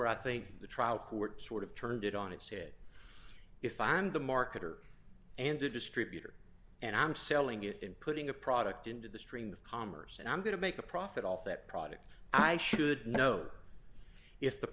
where i think the trial court sort of turned it on its head if i'm the marketer and a distributor and i'm selling it and putting a product into the stream of commerce and i'm going to make a profit off that product i should know if the